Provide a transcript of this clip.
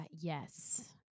Yes